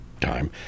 time